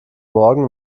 morgen